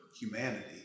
humanity